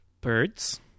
birds